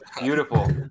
Beautiful